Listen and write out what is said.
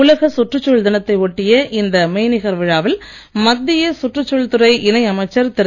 உலகச் சுற்றுச்சூழல் தினத்தை ஒட்டிய இந்த மெய்நிகர் விழாவில் மத்திய சுற்றுச்சூழல் துறை இணை அமைச்சர் திரு